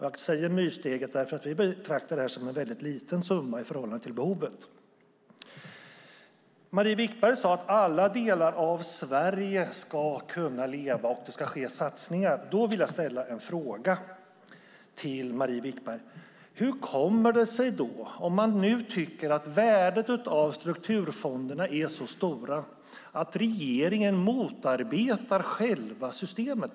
Jag säger myrsteget därför att vi betraktar detta som en liten summa i förhållande till behovet. Marie Wickberg sade att alla delar av Sverige ska kunna leva och att det ska ske satsningar. Då vill jag ställa en fråga till Marie Wickberg. Hur kommer det sig, om man tycker att värdet av strukturfonderna är så stort, att regeringen motarbetar själva systemet?